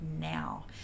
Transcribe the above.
now